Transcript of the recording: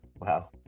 wow